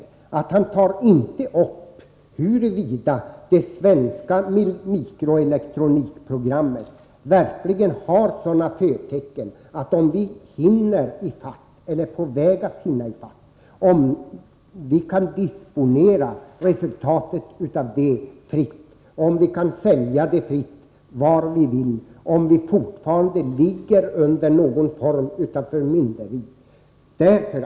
Han nämner inte huruvida det svenska mikroelektronikprogrammet verkligen har sådana förtecken att vi hinner i fatt eller är på väg att hinna i fatt, om vi kan disponera resultatet av det fritt, om vi kan sälja det fritt vart vi vill eller om vi fortfarande står under någon form av förmynderi.